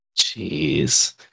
Jeez